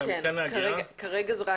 כרגע כן.